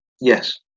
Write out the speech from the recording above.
Yes